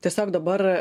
tiesiog dabar